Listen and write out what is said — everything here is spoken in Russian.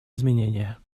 изменения